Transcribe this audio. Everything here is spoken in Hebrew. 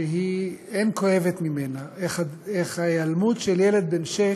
שאין כואבת ממנה, איך ההיעלמות של ילד בן שש,